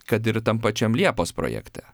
kad ir tam pačiam liepos projekte